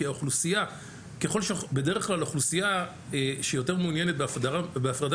כי בדרך כלל האוכלוסייה שיותר מעוניינת בהפרדה